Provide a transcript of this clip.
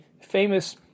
famous